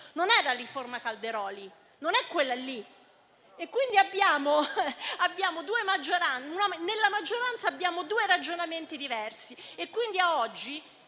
non è la riforma Calderoli, non è quella. Nella maggioranza abbiamo due ragionamenti diversi e ad oggi